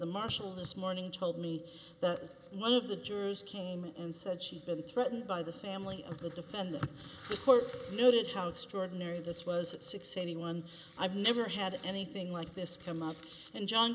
the marshal this morning told me that one of the jurors came and said she'd been threatened by the family of the defender the court noted how extraordinary this was at six hundred and eighty one i've never had anything like this come up and john